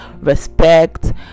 respect